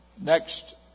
next